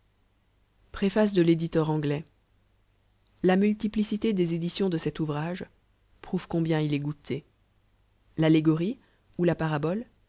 preface de l'lditei r anglais la multiplicité des édilious de cet ouvrage prouve combien il est gotiti l'allégorie ou la parnho